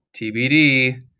TBD